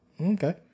Okay